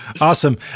awesome